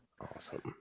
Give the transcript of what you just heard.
Awesome